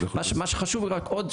מה שחשוב רק עוד,